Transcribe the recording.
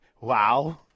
Wow